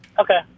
Okay